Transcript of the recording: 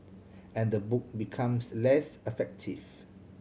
and the book becomes less effective